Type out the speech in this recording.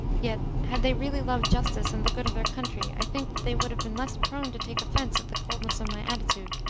yet, had they really loved justice and the good of their country, i think that they would have been less prone to take offence at the coldness of my attitude,